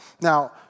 Now